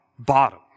Bottom